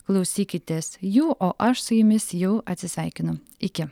klausykitės jų o aš su jumis jau atsisveikinu iki